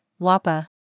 WAPA